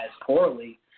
poorly